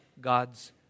God's